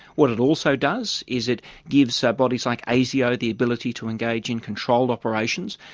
what it also does is it gives ah bodies like asio the ability to engage in control operations.